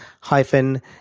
hyphen